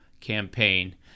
campaign